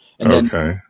Okay